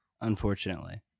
unfortunately